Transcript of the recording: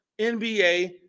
NBA